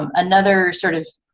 um another sort of